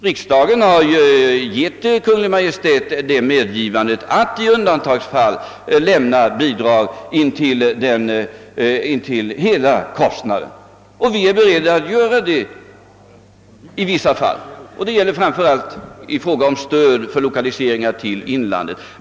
Riksdagen har gett Kungl. Maj:t tillstånd att i undantagsfall lämna bidrag intill hela kostnaden, och vi är beredda att göra det i vissa fall; det gäller framför allt i fråga om stöd för lokaliseringar till inlandet.